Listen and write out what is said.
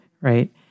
right